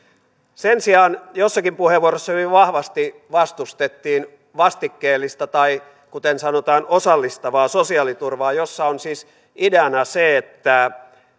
sen sijaan jossakin puheenvuorossa hyvin vahvasti vastustettiin vastikkeellista tai kuten sanotaan osallistavaa sosiaaliturvaa jossa on siis ideana se että